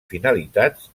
finalitats